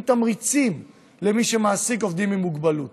תמריצים למי שמעסיק עובדים עם מוגבלות,